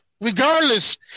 regardless